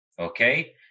okay